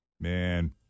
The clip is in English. man